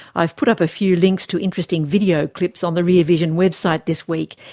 i've put up a few links to interesting video clips on the rear vision web site this week,